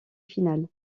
finale